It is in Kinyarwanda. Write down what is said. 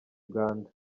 uganda